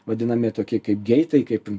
vadinami tokie kaip geitai kaip